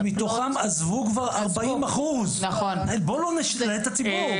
שמתוכן עזבו כבר 40%. בואו לא נשלה את הציבור.